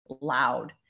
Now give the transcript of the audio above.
loud